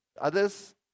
others